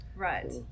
Right